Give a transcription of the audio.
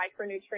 micronutrients